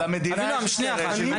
למדינה יש אינטרס שילמדו בחו"ל.